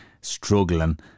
struggling